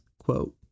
quote